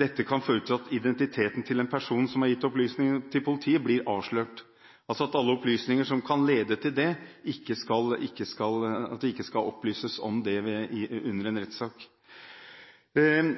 dette kan føre til at identiteten til en person som har gitt opplysninger til politiet, blir avslørt. Altså: Det skal ikke opplyses om noe som kan lede til det, under en